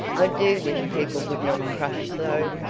i do wish people would not crush so,